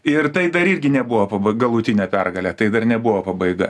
ir tai dar irgi nebuvo galutinė pergalė tai dar nebuvo pabaiga